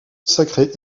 consacrer